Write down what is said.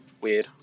weird